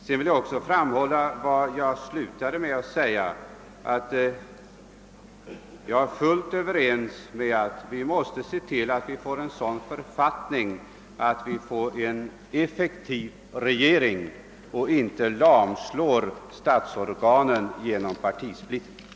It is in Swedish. Jag vill än en gång understryka vad jag slutade mitt anförande med: Vi måste se till att författningen blir sådan att den ger handlingsfrihet för en effektiv regering och att inte statsorganen lamslås genom partisplittring.